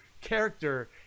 character